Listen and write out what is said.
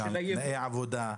תנאי עבודה,